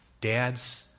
Dads